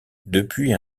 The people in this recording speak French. depuis